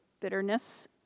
bitterness